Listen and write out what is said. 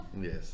yes